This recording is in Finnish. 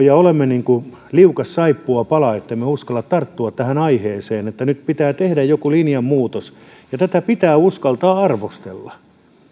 ja olemme niin kuin liukas saippuapala ettemme uskalla tarttua tähän aiheeseen että nyt pitää tehdä joku linjanmuutos tätä pitää uskaltaa arvostella